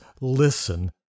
listen